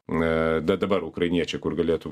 a da dabar ukrainiečiai kur galėtų